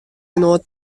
inoar